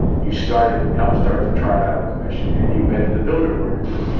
you started. helped start the trilateral commission and you've been to the bilderberg